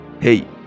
hey